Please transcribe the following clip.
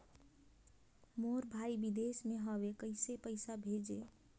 मोर भाई विदेश मे हवे कइसे पईसा भेजो?